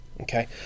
Okay